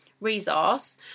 resource